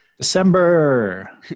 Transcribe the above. December